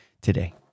today